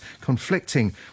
conflicting